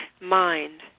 mind